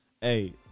Hey